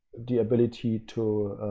the ability to